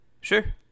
Sure